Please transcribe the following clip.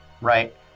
right